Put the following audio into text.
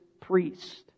priest